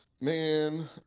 Man